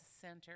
center